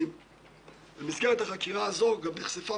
ואף הוחלט כי ייטול חלק בניסוח